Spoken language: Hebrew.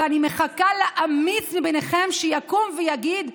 ואני מחכה לאמיץ ביניכם שיקום ויגיד: